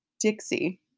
Dixie